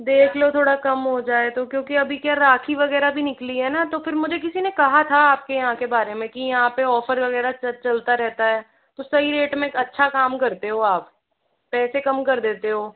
देख लो थोड़ा कम हो जाए तो क्योंकि अभी क्या राखी वगैरह भी निकली है न तो फिर मुझे किसी ने कहा था आपके यहाँ के बारे में कि यहाँ पे ऑफर वगैरह चलता रहता है तो सही रेट में अच्छा काम करते हो आप पैसे कम कर देते हो